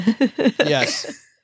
Yes